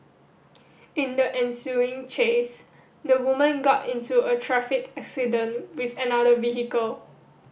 in the ensuing chase the woman got into a traffic accident with another vehicle